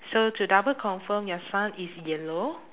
so to double confirm your sun is yellow